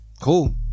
Cool